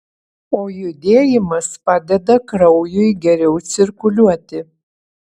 o judėjimas padeda kraujui geriau cirkuliuoti